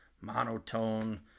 monotone